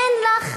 ואין לך